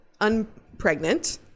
Unpregnant